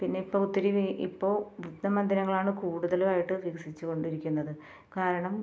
പിന്നെ ഇപ്പോൾ ഒത്തിരി ഇപ്പോൾ വൃദ്ധമന്ദിരങ്ങൾ ആണ് കൂടുതലുമായിട്ട് വികസിച്ചു കൊണ്ടിരിക്കുന്നത് കാരണം